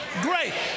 great